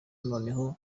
noneho